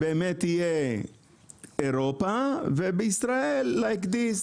יהיה אירופה ובישראל like this,